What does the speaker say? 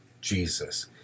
Jesus